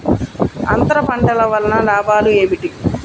అంతర పంటల వలన లాభాలు ఏమిటి?